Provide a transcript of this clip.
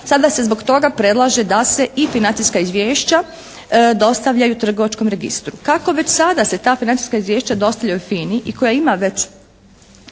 Sada se zbog toga predlaže da se i financijska izvješća dostavljaju trgovačkom registru. Kako već sada se ta financijska izvješća dostavljaju FINA-i i koja ima već